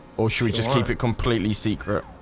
or should we just keep it completely secret?